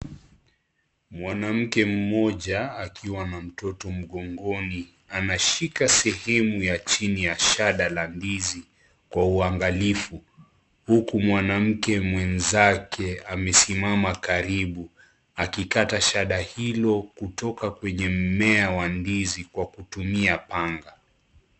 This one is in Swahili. Mwanamke mmoja akiwa na mtoto mgongoni, anashika sehemu ya chini ya shada la ndizi kwa uangalifu ,huku mwanamke mwenzake amesimama karibu akikata shada hilo kutoka kwenye mmea wa ndizi kwa kutumia panga